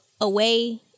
away